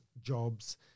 jobs